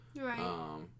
Right